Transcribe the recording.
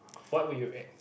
what would you act